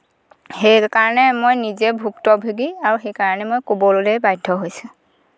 সেইকাৰণে মই নিজেই ভুক্তভুগী আৰু সেইকাৰণে মই ক'বলৈ বাধ্য হৈছোঁ